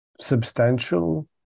substantial